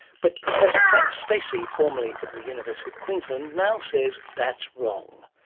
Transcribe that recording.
but professor frank stacey, formerly of the university of queensland now says that's wrong.